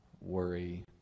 worry